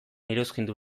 iruzkindu